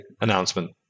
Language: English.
announcement